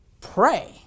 pray